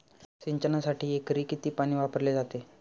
सिंचनासाठी एकरी किती पाणी वापरले जाते?